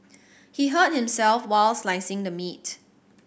he hurt himself while slicing the meat